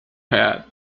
head